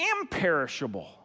imperishable